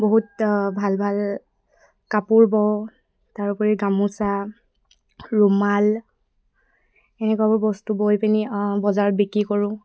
বহুত ভাল ভাল কাপোৰ বওঁ তাৰোপৰি গামোচা ৰুমাল এনেকুৱাবোৰ বস্তু বৈ পিনি বজাৰত বিক্ৰী কৰোঁ